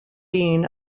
dean